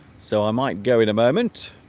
so i might go in a moment